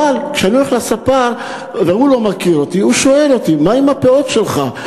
אבל כשאני הולך אל ספר שלא מכיר אותי הוא שואל אותי: מה עם הפאות שלך?